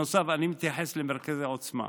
אני מתייחס למרכזי עוצמה.